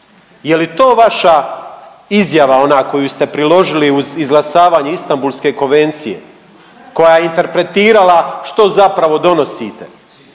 je li to vaša izjava ona koju ste priložili uz izglasavanje Istambulske konvencije, koja je interpretirala što zapravo donosite?